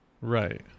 Right